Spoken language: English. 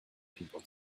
people